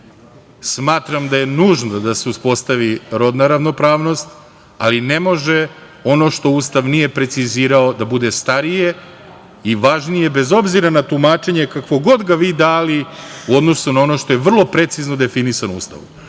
piše. Smatram da je nužno da se uspostavi rodna ravnopravnost, ali ne može ono što Ustav nije precizirao da bude starije i važnije, bez obzira na tumačenje kako god ga vi dali u odnosu na ono što je vrlo precizno definisano u Ustavu,